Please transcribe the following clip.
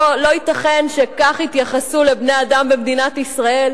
לא ייתכן שכך יתייחסו לבני-אדם במדינת ישראל.